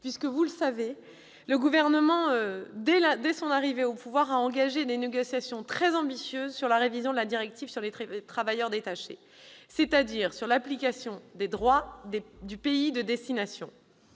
arrivée au pouvoir, ce gouvernement a engagé des négociations très ambitieuses sur la révision de la directive sur les travailleurs détachés, c'est-à-dire sur l'application des droits du pays de destination.